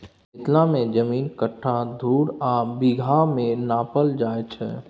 मिथिला मे जमीन कट्ठा, धुर आ बिगहा मे नापल जाइ छै